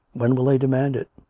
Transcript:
when will they demand it?